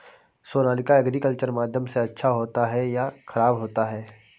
Sonalika agriculture माध्यम से अच्छा होता है या ख़राब होता है?